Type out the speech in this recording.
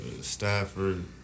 Stafford